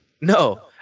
no